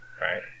Right